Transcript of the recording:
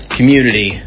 community